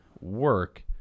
work